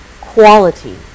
quality